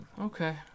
Okay